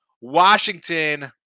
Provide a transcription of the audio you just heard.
Washington